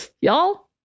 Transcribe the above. y'all